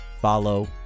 follow